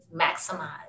maximize